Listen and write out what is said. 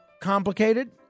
complicated